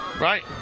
Right